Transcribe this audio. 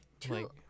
Two